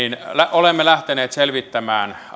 olemme lähteneet selvittämään